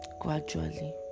gradually